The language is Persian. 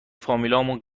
فامیلامونم